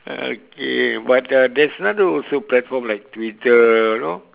okay but uh there's another also platform like Twitter you know